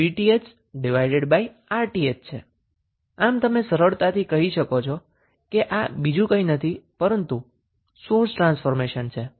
આમ તમે સરળતાથી કહી શકો છો કે આ બીજુ કંઈ નથી પરંતુ સોર્સ ટ્રાન્સફોર્મેશન છે